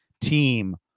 team